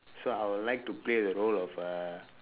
so I would like to play the role of ah